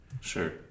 Sure